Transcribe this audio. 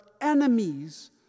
enemies